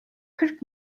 kırk